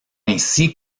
ainsi